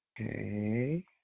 Okay